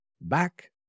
back